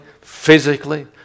physically